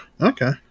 Okay